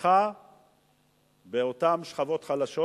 תמיכה באותן שכבות חלשות.